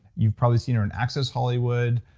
you've probably seen her on access hollywood,